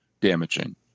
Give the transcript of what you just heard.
damaging